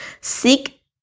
Seek